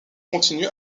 continue